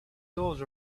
those